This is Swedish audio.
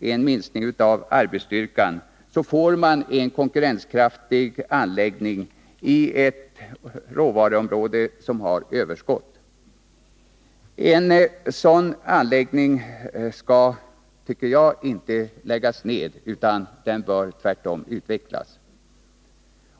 en minskning av arbetsstyrkan — får man en konkurrenskraftig anläggning i ett område som har överskott på råvara. En sådan anläggning skall enligt min mening inte läggas ned. Tvärtom bör den utvecklas.